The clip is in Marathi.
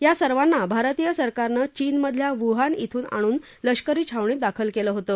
या सर्वांना भारतीय सरकारनं चीनमधल्या वुहान ध्रून आणून लष्करी छावणीत दाखल केलं होतं